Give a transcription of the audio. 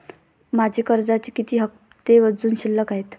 माझे कर्जाचे किती हफ्ते अजुन शिल्लक आहेत?